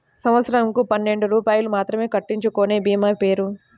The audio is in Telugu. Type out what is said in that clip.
సంవత్సరంకు పన్నెండు రూపాయలు మాత్రమే కట్టించుకొనే భీమా పేరు?